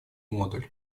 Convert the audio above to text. модуль